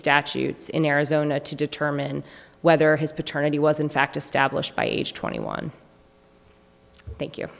statutes in arizona to determine whether his paternity was in fact established by age twenty one thank you